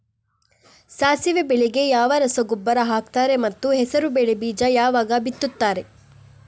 ಸಾಸಿವೆ ಬೆಳೆಗೆ ಯಾವ ರಸಗೊಬ್ಬರ ಹಾಕ್ತಾರೆ ಮತ್ತು ಹೆಸರುಬೇಳೆ ಬೀಜ ಯಾವಾಗ ಬಿತ್ತುತ್ತಾರೆ?